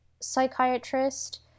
psychiatrist